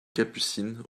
capucines